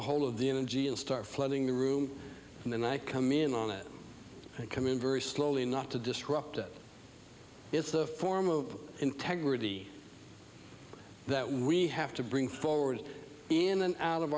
a hold of the energy and start flooding the room and then i come in on it i come in very slowly not to disrupt it it's the form of integrity that we have to bring forward in and out of